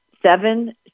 seven